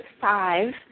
five